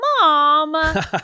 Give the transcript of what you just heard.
Mom